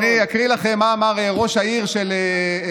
אני אקריא לכם מה אמר ראש העיר של חריש: